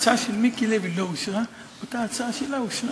ההצעה של מיקי לוי לא אושרה, וההצעה שלה אושרה.